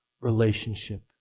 relationship